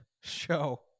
show